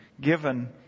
given